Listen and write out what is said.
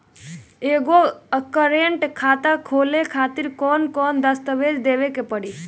एगो करेंट खाता खोले खातिर कौन कौन दस्तावेज़ देवे के पड़ी?